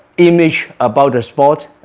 image about the sport,